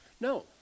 No